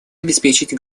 обеспечить